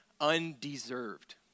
undeserved